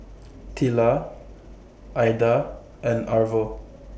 Tilla Aida and Arvo